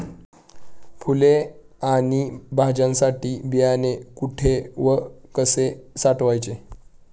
फुले आणि भाज्यांसाठी बियाणे कुठे व कसे साठवायचे?